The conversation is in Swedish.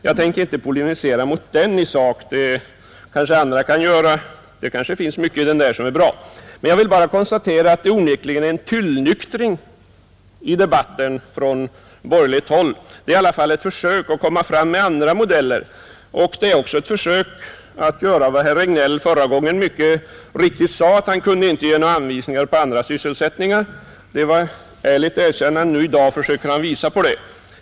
Jag tänker inte polemisera mot den i sak — det kanske andra kan göra, Mycket i den är måhända bra, Jag vill konstatera att det onekligen är en tillnyktring i debatten från borgerligt håll. Det finns i alla fall försök att komma fram med andra modeller och att göra vad herr Regnéll förra gången mycket riktigt sade att han inte kunde göra, nämligen ge anvisning på andra sysselsättningar. Det var ett ärligt erkännande; i dag försöker han anvisa sådana sysselsättningar.